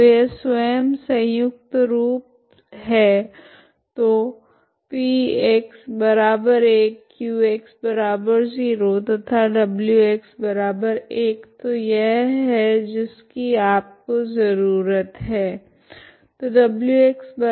तो यह स्वयं संयुक्त रूप है तो p1 q 0 तथा w 1 तो यह है जिसकी आपको जरूरत है